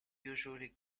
usually